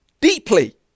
deeply